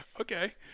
okay